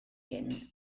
hyn